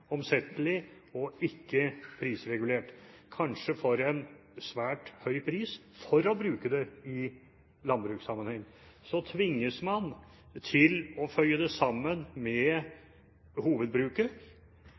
omsettelig og ikke prisregulert – kanskje for en svært høy pris – for å bruke det i landbrukssammenheng, tvinges man til å føye det sammen